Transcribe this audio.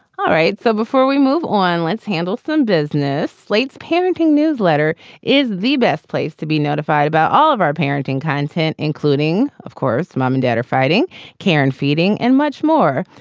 all right. so before we move on, let's handle phone business. slate's parenting newsletter is the best place to be notified about all of our parenting content, including, of course, mom and dad are fighting care and feeding and much more.